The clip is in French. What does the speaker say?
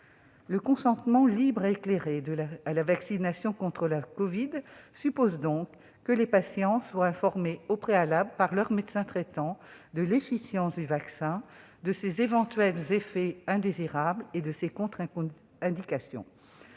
Le consentement libre et éclairé à la vaccination contre le covid-19 suppose donc que les patients soient informés au préalable, par leur médecin traitant, de l'efficience du vaccin, de ses éventuels effets indésirables et des contre-indications.